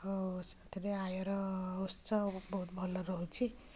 ଓ ସେଥିପାଇଁ ଆୟର ଉତ୍ସ ବହୁତ ଭଲ ରହୁଛି